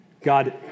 God